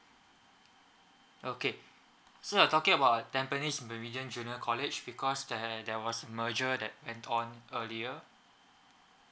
okay so you're talking about tampines meridian junior college because there there was merger that earlier